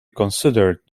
considered